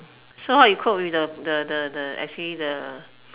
so how you cope with the the the the actually the